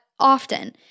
often